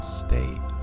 state